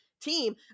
team